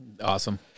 Awesome